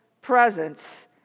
presence